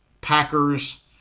Packers